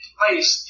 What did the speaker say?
place